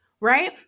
Right